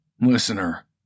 Listener